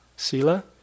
Sila